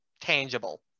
tangible